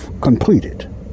completed